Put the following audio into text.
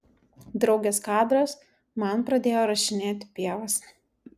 draugės kadras man pradėjo rašinėti pievas